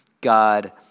God